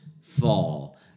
fall